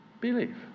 believe